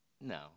No